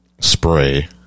spray